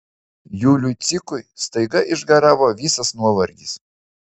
juliui cikui staiga išgaravo visas nuovargis